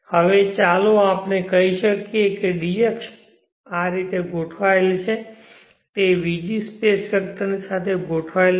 હવે ચાલો આપણે કહી શકીએ કે d અક્ષ આ રીતે ગોઠવાયેલ છે તે vg સ્પેસ વેક્ટર સાથે ગોઠવાયેલ નથી